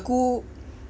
aku